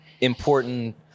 important